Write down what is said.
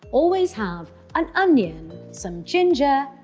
always have an onion, some ginger,